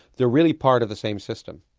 they're really part of the same system.